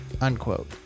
unquote